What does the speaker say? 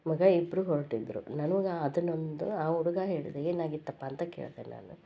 ಮಗ ಇಬ್ಬರೂ ಹೊರಟಿದ್ರು ನನಗೆ ಅದನ್ನೊಂದು ಆ ಹುಡುಗ ಹೇಳಿದ ಏನಾಗಿತ್ತಪ್ಪ ಅಂತ ಕೇಳಿದೆ ನಾನು